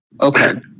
Okay